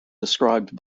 described